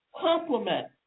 complement